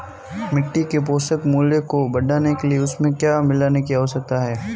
मिट्टी के पोषक मूल्य को बढ़ाने के लिए उसमें क्या मिलाने की आवश्यकता है?